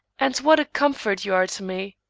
and what a comfort you are to me!